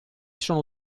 sono